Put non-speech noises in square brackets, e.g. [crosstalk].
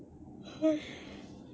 [noise]